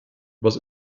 was